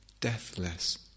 deathless